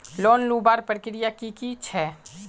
Loan लुबार प्रक्रिया की की छे?